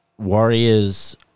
Warriors